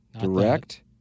direct